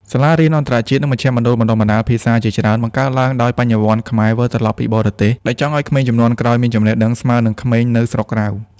សាលារៀនអន្តរជាតិ និងមជ្ឈមណ្ឌលបណ្ដុះបណ្ដាលភាសាជាច្រើន បង្កើតឡើងដោយ "បញ្ញវន្តខ្មែរវិលត្រឡប់ពីបរទេស" ដែលចង់ឱ្យក្មេងជំនាន់ក្រោយមានចំណេះដឹងស្មើនឹងក្មេងនៅស្រុកក្រៅ។